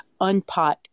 unpot